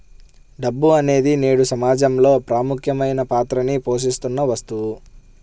డబ్బు అనేది నేడు సమాజంలో ప్రముఖమైన పాత్రని పోషిత్తున్న వస్తువు